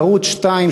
בערוץ 2,